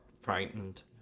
frightened